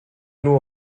nur